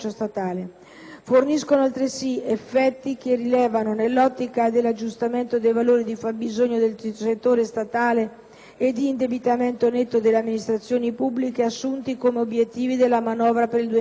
forniscono altresì effetti che rilevano nell'ottica del raggiungimento dei valori di fabbisogno del settore statale e di indebitamento netto delle amministrazioni pubbliche assunti come obiettivi della manovra per il 2009.